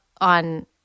on